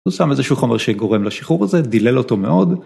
‫הוא שם איזשהו חומר שגורם ‫לשחרור הזה, דילל אותו מאוד.